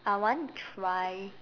I want to try